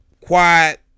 quiet